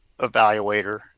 evaluator